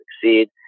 succeed